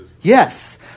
Yes